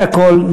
אחרי הכול,